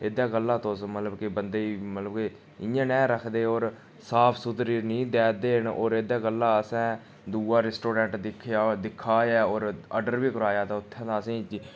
एह्दे गल्ला तुस मतलब कि बन्दे गी मतलब कि इ'यां ने रखदे होर साफ सुथरी नी देयै दे होर एह्दे गल्ला असें दूआ रेस्टोडेन्ट दिक्खेआ दिक्खा ऐ होर आर्डर बी कराया ते उत्थुं दा